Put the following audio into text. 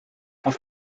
auf